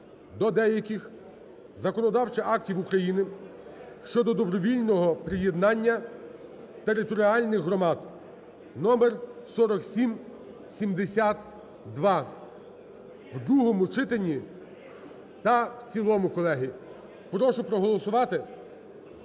до деяких законодавчих актів України (щодо добровільного приєднання територіальних громад) (номер 4772) в другому читанні та в цілому, колеги. Прошу проголосувати,